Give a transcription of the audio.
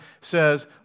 says